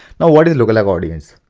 now what is lookalike audience?